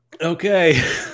Okay